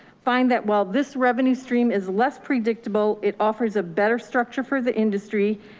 find that while this revenue stream is less predictable, it offers a better structure for the industry,